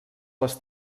les